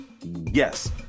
yes